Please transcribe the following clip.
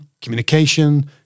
communication